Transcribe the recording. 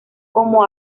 como